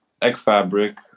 Xfabric